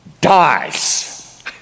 dies